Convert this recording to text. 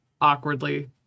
awkwardly